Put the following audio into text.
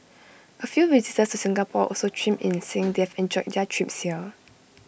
A few visitors to Singapore also chimed in saying they've enjoyed their trips here